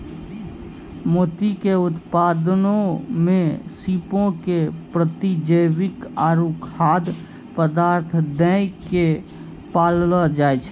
मोती के उत्पादनो मे सीपो के प्रतिजैविक आरु खाद्य पदार्थ दै के पाललो जाय छै